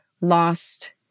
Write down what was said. lost